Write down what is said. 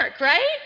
right